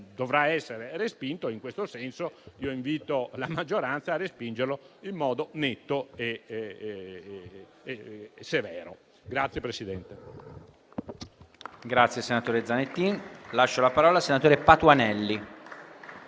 dovrà essere respinto. In questo senso, invito la maggioranza a respingerlo in modo netto e severo.